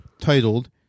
Titled